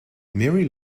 mary